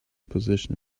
position